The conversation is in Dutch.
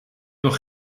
nog